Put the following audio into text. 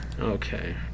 Okay